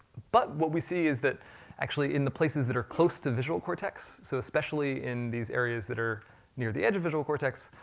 but what we see is that actually in the places that are close to visual cortex, so especially in these areas that are near the edge of visual cortex,